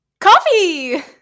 Coffee